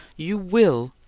you will